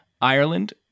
Ireland